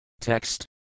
Text